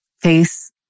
face